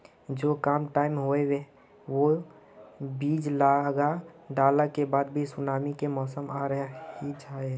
जो कम टाइम होये है वो बीज लगा डाला के बाद भी सुनामी के मौसम आ ही जाय है?